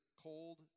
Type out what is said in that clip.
cold